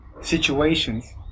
situations